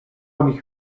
oni